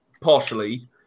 partially